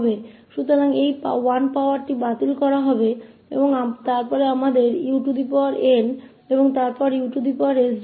तो इस u के साथ इस 1के power को रद्द कर दिया जाएगा और फिर हमारे पास un और फिर us0 है